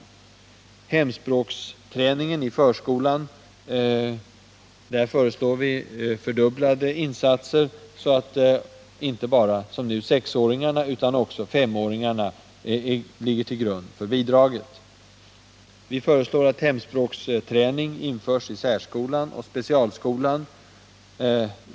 När det gäller hemspråksträningen i förskolan föreslår vi fördubblade insatser, så att inte bara som nu undervisning av sexåringar utan också av femåringar ligger till grund för bidraget. Vi föreslår att hemspråksträning införs i särskolan och specialskolan.